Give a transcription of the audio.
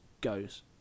goes